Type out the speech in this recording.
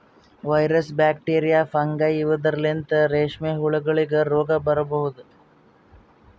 virus, bacteria, fungi ಇವದ್ರಲಿಂತ್ ರೇಶ್ಮಿ ಹುಳಗೋಲಿಗ್ ರೋಗ್ ಬರಬಹುದ್